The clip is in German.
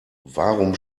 warum